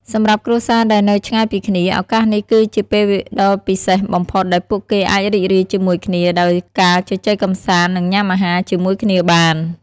សមា្រប់គ្រួសារដែលនៅឆ្ងាយពីគ្នា ឱកាសនេះគឺជាពេលដ៏ពិសេសបំផុតដែលពួកគេអាចរីករាយជាមួយគ្នា ដោយការជជែកកំសាន្ត និងញ៉ាំអាហារជាមួយគ្នាបាន។